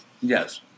Yes